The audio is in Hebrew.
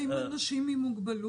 מה עם אנשים עם מוגבלות?